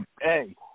hey